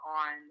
on